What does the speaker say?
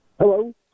Hello